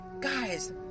guys